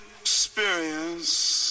experience